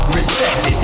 Respect